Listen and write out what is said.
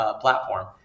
platform